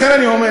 לכן אני אומר,